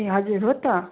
ए हजुर हो त